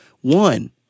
One